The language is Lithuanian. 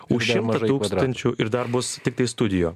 už šeimą tūkstančių ir dar bus tiktai studijos